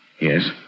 Yes